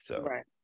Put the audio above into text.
Right